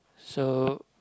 so